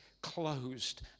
closed